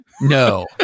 No